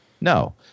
No